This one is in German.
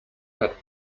hat